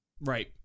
Right